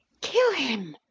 kill him!